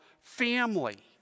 family